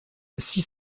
six